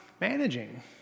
managing